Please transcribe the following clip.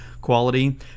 quality